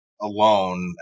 alone